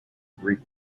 greek